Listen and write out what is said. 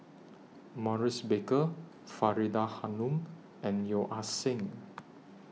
Maurice Baker Faridah Hanum and Yeo Ah Seng